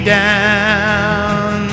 down